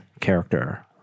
character